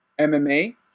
MMA